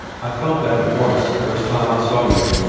i felt that at once, the first time i saw you.